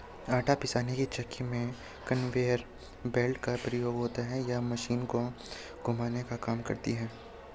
आटा पीसने की चक्की में कन्वेयर बेल्ट का प्रयोग होता है यह मशीन को घुमाने का काम करती है